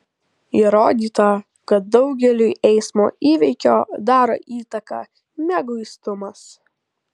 įrodyta kad daugeliui eismo įvykio daro įtaką mieguistumas